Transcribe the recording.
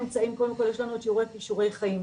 קודם כל יש לנו את שיעורי כישורי חיים.